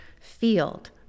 field